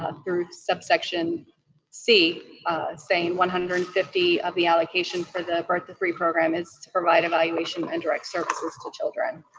ah through subsection c saying one hundred and fifty of the allocation for the birth-to-three program is to provide evaluation and direct services to children.